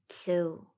two